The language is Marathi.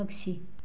पक्षी